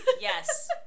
yes